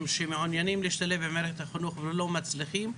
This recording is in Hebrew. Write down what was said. שמעוניינים להשתלב במערכת החינוך ולא מצליחים.